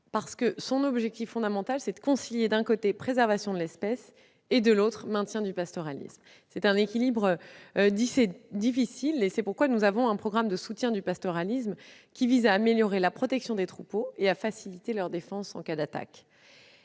Son objectif fondamental est de concilier préservation de l'espèce et maintien du pastoralisme. C'est un équilibre difficile. Un programme de soutien du pastoralisme vise donc à améliorer la protection des troupeaux et à faciliter leur défense en cas d'attaques.